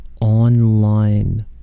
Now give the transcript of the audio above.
online